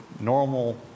normal